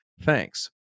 Thanks